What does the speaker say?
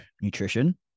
nutrition